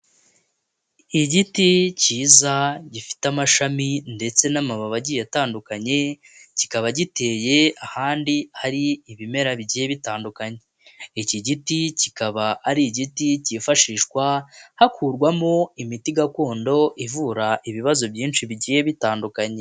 Igiti kiza gifite amashami ndetse n'amabati atandukanye kikaba giteye ahandi hari ibimera bigiye bitandukanye, iki giti kikaba ari igiti cyifashishwa hakurwamo imiti gakondo ivura ibibazo byinshi bigiye bitandukanye.